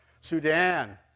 Sudan